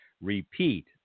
repeat